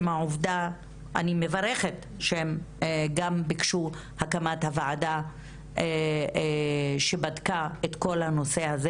אני מברכת שהם גם ביקשו את הקמת הוועדה שבדקה את כל הנושא הזה.